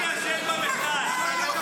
מי אשם במחדל?